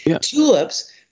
Tulips